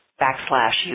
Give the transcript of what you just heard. backslash